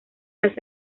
las